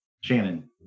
Shannon